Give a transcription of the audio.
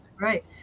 Right